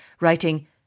writing